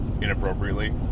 inappropriately